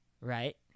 right